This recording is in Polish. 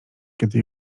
kiedy